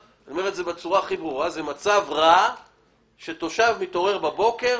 אני אומר בצורה הכי ברורה שזה מצב רע כשתושב מתעורר בבוקר,